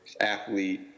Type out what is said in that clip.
athlete